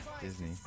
Disney